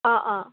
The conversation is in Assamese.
অঁ অঁ